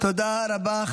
תודה רבה.